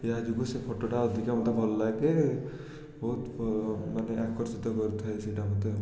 ଏହାଯୋଗୁଁ ସେ ଫଟୋଟା ଅଧିକ ମୋତେ ଭଲଲାଗେ ବହୁତ ମାନେ ଆକର୍ଷିତ କରିଥାଏ ସେଇଟା ମୋତେ